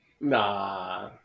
Nah